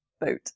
boat